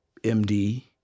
MD